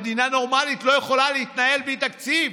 מדינה נורמלית לא יכולה להתנהל בלי תקציב.